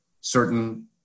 certain